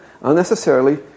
unnecessarily